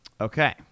Okay